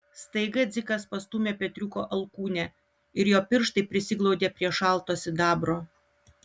staiga dzikas pastūmė petriuko alkūnę ir jo pirštai prisiglaudė prie šalto sidabro